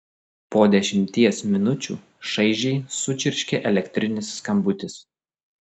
po dešimties minučių šaižiai sučirškė elektrinis skambutis